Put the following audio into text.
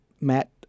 Matt